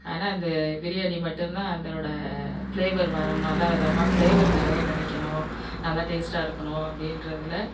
ஆனால் அந்த பிரியாணி மட்டுந்தான் அதோடய ஃபிளேவர் வரும் நல்ல விதமாக ஃபிளேவர் நல்ல விதமாக கிடைக்கணும் நல்லா டேஸ்ட்டாக இருக்கணும் அப்படின்றதுல